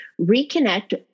reconnect